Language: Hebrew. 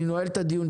אני נועל את הדיון.